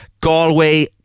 Galway